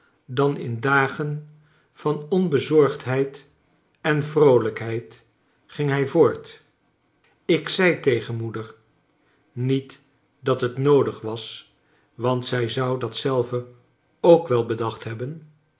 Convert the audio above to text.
dan in dagen van onbezorgdheid en vroolijkheid ging bij voort ik zei tegen moeder niet dat bet noodig was want zij zou dat zelve ook wel bedacht hebben